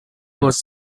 was